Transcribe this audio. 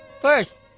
first